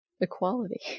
equality